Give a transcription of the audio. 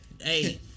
Hey